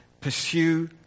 pursue